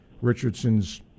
Richardson's